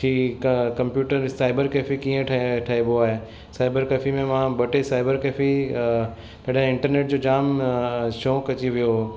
की क computer cyber cafe कीअं ठह्रे ठहिबो आहे साइबर कैफे में मां ॿ टे साइबर कैफे तॾहिं इंटरनेट जो जाम शौक़ु अची वियो हुओ